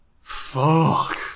fuck